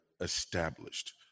established